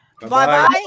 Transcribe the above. Bye-bye